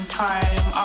time